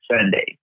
Sunday